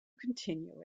continue